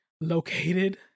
located